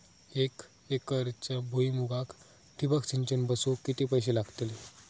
एक एकरच्या भुईमुगाक ठिबक सिंचन बसवूक किती पैशे लागतले?